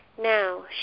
Now